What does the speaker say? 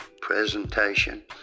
presentation